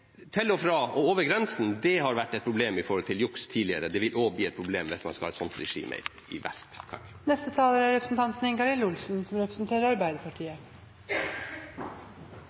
til og fra og over grensen har vært et problem når det gjelder juks tidligere. Det vil også bli et problem hvis man skal ha et sånt regime i vest.